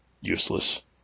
useless